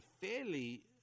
fairly –